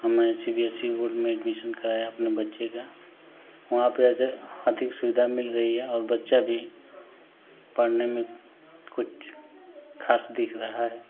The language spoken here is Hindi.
हम A C B S E board में एडमीशन कराया अपने बच्चे का वहाँ पे अधिक सुविधा मिल रही है और बच्चा भी पढ़ने में कुछ ख़ास दिख रहा है